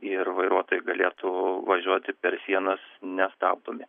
ir vairuotojai galėtų važiuoti per sienas nestabdomi